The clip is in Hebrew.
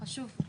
אפשר להעיר?